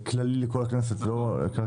חבר מועצת הניקוז לפי סעיף קטן (ב)(2) עד לפני תום תקופת(13),